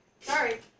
Sorry